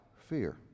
fear